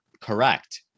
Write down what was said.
correct